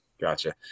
Gotcha